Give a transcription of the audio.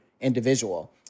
individual